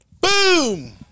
boom